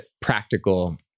practical